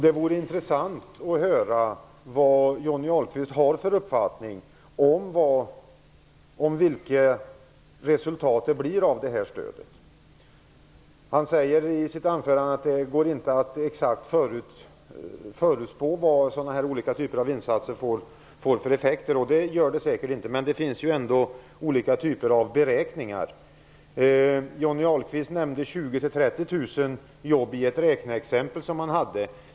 Det vore intressant att höra vad Johnny Ahlqvist har för uppfattning om vad resultatet blir av det här stödet. I sitt anförande säger han att det inte exakt går att förutspå vad olika typer av insatser får för effekter. Det gör det säkert inte. Men det finns ju ändå olika typer av beräkningar. Johnny Ahlqvist nämnde 20 000-30 000 jobb i ett räkneexempel som han hade.